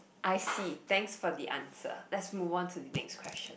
I see thanks for the answer let's move on to the next question